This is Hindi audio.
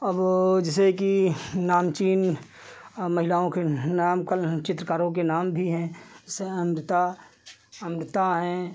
अब जैसे कि नामचीन महिलाओं के नाम का चित्रकारों के नाम भी हैं जैसे अमृता अमृता हैं